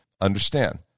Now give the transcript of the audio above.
understand